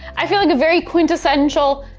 i feel like very quintessential.